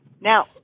Now